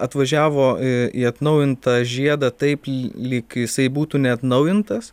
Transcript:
atvažiavo į atnaujintą žiedą taip lyg jisai būtų neatnaujintas